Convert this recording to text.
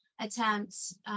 attempts